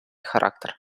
характер